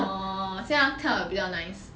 orh 现在跳得比较 nice